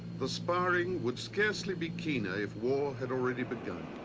the sparring would scarcely be keener if war had already begun.